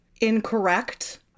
incorrect